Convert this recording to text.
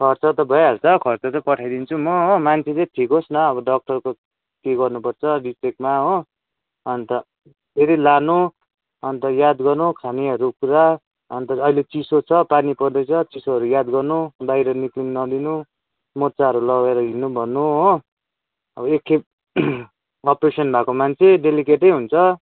खर्च त भइहाल्छ खर्च त पठाइदिन्छु म हो मान्छे चाहिँ ठिक होस् न अब डाक्टरको के गर्नुपर्छ रिचेकमा हो अन्त फेरि लानु अन्त याद गर्नु खानेहरू कुरा अन्त अहिले चिसो छ पानी पर्दैछ चिसोहरू याद गर्नु बाहिर निक्लिनु नदिनु मोजाहरू लगाएर हिँड्नु भन्नु हो अब एक खेप अपरेसन भएको मान्छे डेलिकेटै हुन्छ